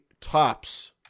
tops